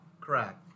correct